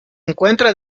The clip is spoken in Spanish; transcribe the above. encuentra